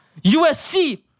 USC